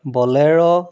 bolero